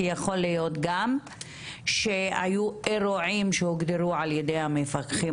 כי יכול להיות גם שהיו אירועים שהוגדרו על-ידי המפקחים,